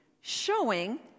showing